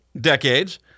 decades